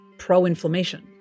pro-inflammation